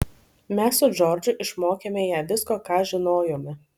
mes su džordžu išmokėme ją visko ką žinojome